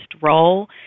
role